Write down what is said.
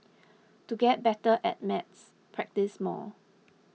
to get better at maths practise more